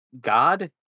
god